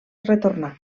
retornar